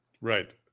Right